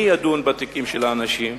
מי ידון בתיקים של האנשים?